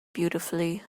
beautifully